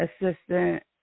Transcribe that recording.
Assistant